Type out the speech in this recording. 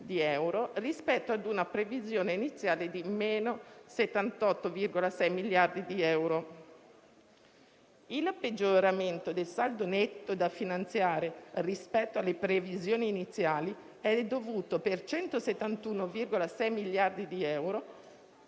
di euro rispetto a una previsione iniziale di meno 78,6 miliardi di euro. Il peggioramento del saldo netto da finanziare, rispetto alle previsioni iniziali, è dovuto, per 171,6 miliardi di euro,